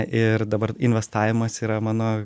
ir dabar investavimas yra mano